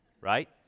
right